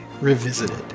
Revisited